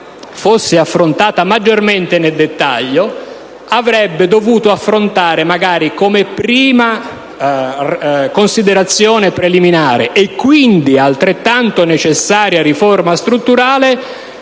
fosse esaminata maggiormente nel dettaglio, avrebbe dovuto affrontare, magari come considerazione preliminare e quindi altrettanto necessaria riforma strutturale,